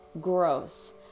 gross